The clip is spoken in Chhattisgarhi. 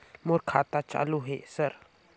मोर खाता चालु हे सर?